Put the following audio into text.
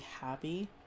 happy